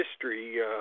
history